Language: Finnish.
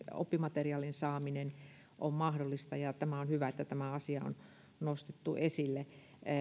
oppimateriaalin saaminen on mahdollista ja on hyvä että tämä asia on nostettu esille